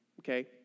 Okay